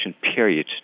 period